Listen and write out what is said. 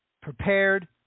prepared